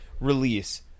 Release